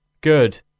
good